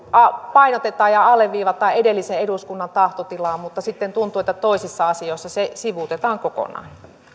painotetaan ja alleviivataan edellisen eduskunnan tahtotilaa mutta sitten tuntuu että toisissa asioissa se sivuutetaan kokonaan